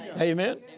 Amen